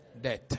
Death